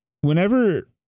Whenever